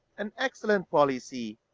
an excellent policy!